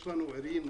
יש לנו ערים,